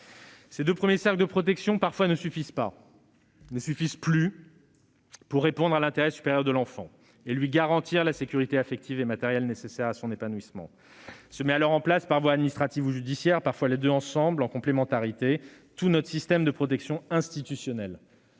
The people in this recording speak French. ces deux premiers cercles de protection ne suffisent plus pour répondre à l'intérêt supérieur de l'enfant et lui garantir la sécurité affective et matérielle nécessaire à son épanouissement. Se met alors en place, par voie administrative ou judiciaire - les deux voies étant parfois complémentaires -, tout notre système de protection institutionnelle